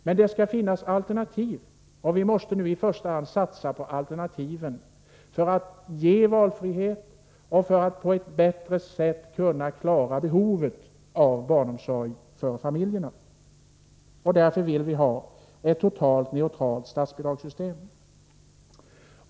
Men det skall finnas alternativ, och vi måste nu i första hand satsa på alternativen för att ge valfrihet och för att på ett bättre sätt kunna klara familjernas behov av barnomsorg. Därför vill vi ha ett totalt neutralt statsbidragssystem.